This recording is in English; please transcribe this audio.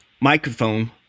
microphone